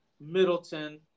Middleton